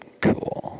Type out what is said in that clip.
cool